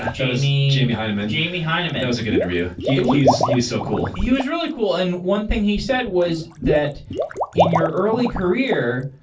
jamie jamie heinemann. jamie heinemann. that was a good interview. he's he's so cool. he was really cool, and one thing he said was that in your early career,